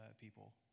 people